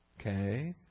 okay